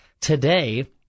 today